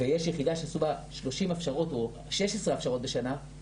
המדינה מתקצבת את זה ל-10 שנים הקרובות,